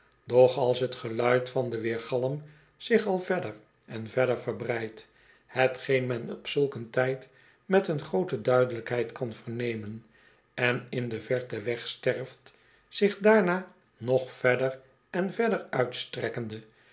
als t geluid van den weergalm zich al verder en verder verbreidt hetgeen men op zulk een tijd met groote duidelijkheid kan vernemen en in de verte wegsterft zich daarna nog verder en verder uitstrekkende